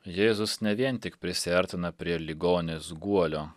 jėzus ne vien tik prisiartina prie ligonės guolio